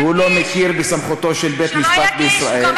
כי הוא לא מכיר בסמכותו של בית-המשפט בישראל.